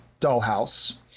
dollhouse